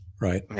right